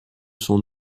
son